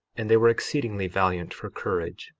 and they were exceedingly valiant for courage,